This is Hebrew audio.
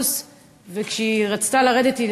וכשהיא רצתה לרדת,